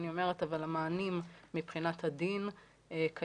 אבל אני אומרת שהמענים מבחינת הדין קיימים.